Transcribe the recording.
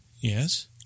Yes